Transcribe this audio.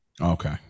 Okay